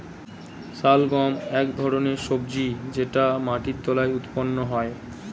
শালগম এক ধরনের সবজি যেটা মাটির তলায় উৎপন্ন হয়